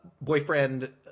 Boyfriend